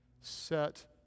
Set